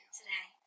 today